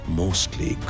mostly